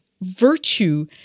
virtue